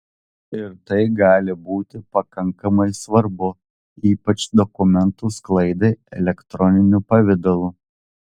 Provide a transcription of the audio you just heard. ir tai gali būti pakankamai svarbu ypač dokumentų sklaidai elektroniniu pavidalu